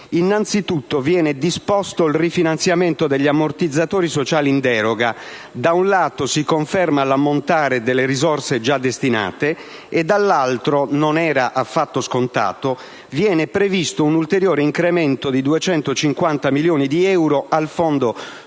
Innanzitutto viene disposto il rifinanziamento degli ammortizzatori sociali in deroga. Da un lato, si conferma l'ammontare delle risorse già destinate e, dall'altro - non era affatto scontato - viene previsto un ulteriore incremento di 250 milioni di euro del Fondo sociale